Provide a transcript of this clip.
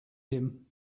him